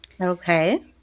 Okay